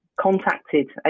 contacted